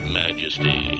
majesty